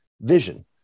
vision